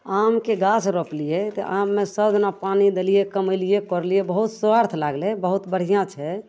आमके गाछ रोपलिए तऽ आममे सबदिना पानी देलिए कमेलिए कोड़लिए बहुत स्वार्थ लागलै बहुत बढ़िआँ छै